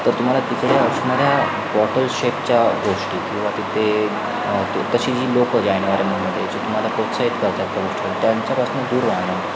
तर तुम्हाला तिकडे असणाऱ्या बॉटल शेपच्या गोष्टी किंवा तिथे तशी जी लोकं ज्या एन्व्हायरमेंटमध्ये जी तुम्हाला प्रोत्साहित करतात त्या गोष्टीत त्यांच्यापासून दूर राहणं